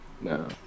No